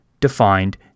defined